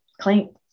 clean